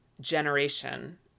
generation